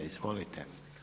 Izvolite.